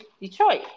Detroit